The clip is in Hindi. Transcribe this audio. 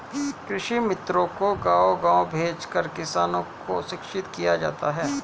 कृषि मित्रों को गाँव गाँव भेजकर किसानों को शिक्षित किया जाता है